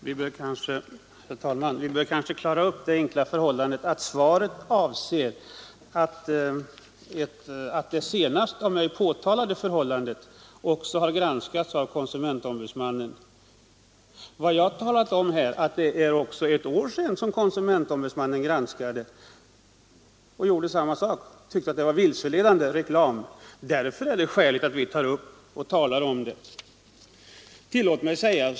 Herr talman! Vi bör kanske klara upp en enkel sak, nämligen att det senast av mig påtalade förhållandet också har granskats av konsumentombudsmannen. Det är ett år sedan som konsumentombudsmannen granskade annonsen och fann den vara vilseledande reklam. Därför är det alla skäl att här diskutera den.